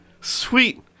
Sweet